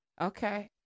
Okay